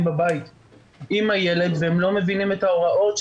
בבית עם הילד והם לא מבינים את ההוראות,